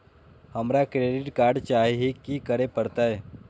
हमरा credit card चाही की करे परतै?